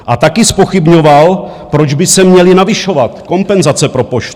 A taky zpochybňoval, proč by se měly navyšovat kompenzace pro Poštu.